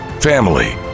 family